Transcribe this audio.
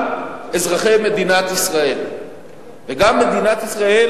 אבל גם אזרחי מדינת ישראל וגם מדינת ישראל,